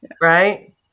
Right